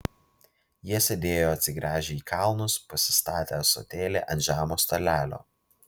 jie sėdėjo atsigręžę į kalnus pasistatę ąsotėlį ant žemo stalelio